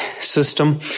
system